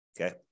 okay